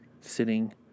sitting